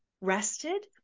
rested